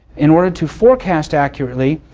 in order to forecast accurately,